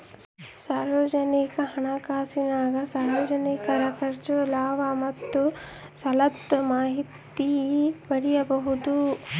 ಸಾರ್ವಜನಿಕ ಹಣಕಾಸಿನಾಗ ಸಾರ್ವಜನಿಕರ ಖರ್ಚು, ಲಾಭ ಮತ್ತೆ ಸಾಲುದ್ ಮಾಹಿತೀನ ಪಡೀಬೋದು